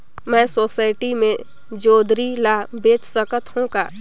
मैं सोसायटी मे जोंदरी ला बेच सकत हो का?